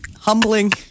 Humbling